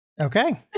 Okay